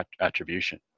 attribution